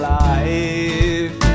life